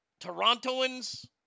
torontoans